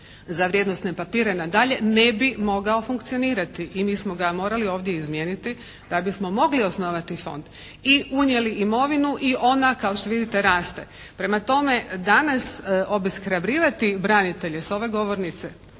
za vrijednosne papire na dalje ne bi mogao funkcionirati. I mi smo ga morali ovdje izmijeniti da bismo mogli osnovati fond. I unijeli imovinu i ona, kao što vidite raste. Prema tome danas obeshrabrivati branitelje s ove govornice